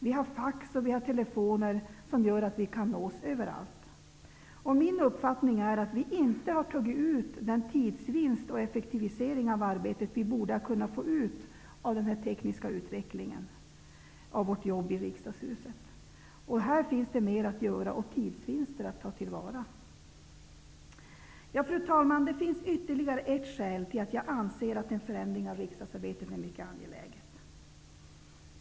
Vi har fax och telefoner som gör att vi kan nås överallt. Min uppfattning är att vi inte har tagit ut den tidsvinst och effektivisering av arbetet som den tekniska utvecklingen av vårt jobb i riksdagshuset borde kunnat medföra. Här finns mer att göra och tidsvinster att ta till vara. Fru talman! Det finns ytterligare ett skäl till att jag anser att en förändring av riksdagsarbetet är mycket angelägen.